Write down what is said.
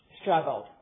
struggled